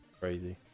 Crazy